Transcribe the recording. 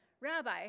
Rabbi